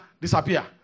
disappear